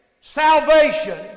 salvation